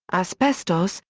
asbestos,